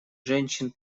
женщин